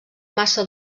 massa